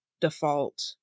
default